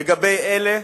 לגבי אלה,